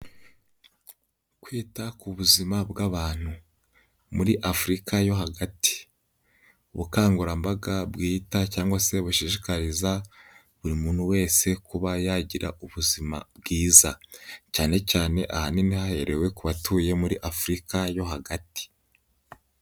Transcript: Kwita ku buzima bw'abantu muri Afurika yo hagati. Ubukangurambaga bwita cyangwa se bushishikariza buri muntu wese kuba yagira ubuzima bwiza cyane cyane ahanini haherewe ku batuye muri Afurika yo hagati.